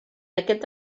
aquest